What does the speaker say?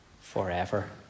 forever